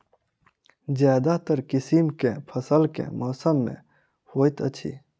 ज्यादातर किसिम केँ फसल केँ मौसम मे होइत अछि?